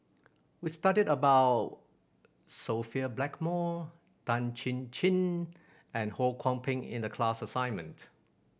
we studied about Sophia Blackmore Tan Chin Chin and Ho Kwon Ping in the class assignment